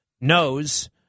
knows